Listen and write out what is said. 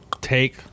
take